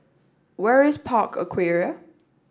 where is Park Aquaria